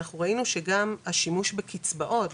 אנחנו ראינו שגם השימוש בקצבאות,